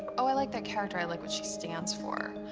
i like that character. i like what she stands for.